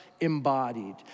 embodied